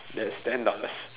that's ten dollars